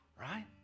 Right